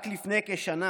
רק לפני כשנה"